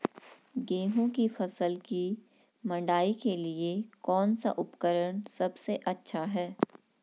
गेहूँ की फसल की मड़ाई के लिए कौन सा उपकरण सबसे अच्छा है?